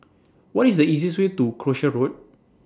What IS The easiest Way to Croucher Road